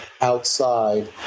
outside